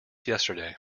yesterday